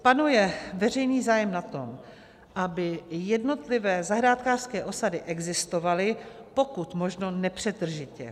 Panuje veřejný zájem na tom, aby jednotlivé zahrádkářské osady existovaly pokud možno nepřetržitě.